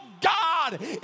God